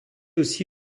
aussi